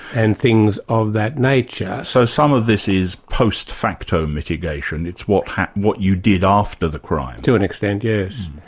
and things of that nature. so some of this is post-facto mitigation, it's what what you did after the crime. to an extent, extent, yes.